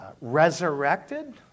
resurrected